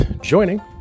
joining